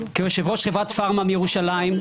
כיושב-ראש חברת פארמה מירושלים,